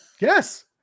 Yes